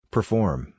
Perform